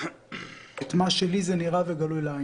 מה שנראה לי וגלוי לעין.